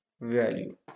value